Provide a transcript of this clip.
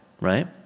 right